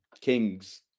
Kings